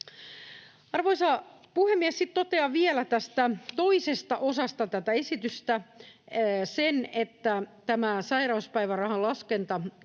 Arvoisa puhemies! Sitten totean vielä tästä toisesta osasta tätä esitystä sen, että tämä sairauspäivärahan laskentakaavan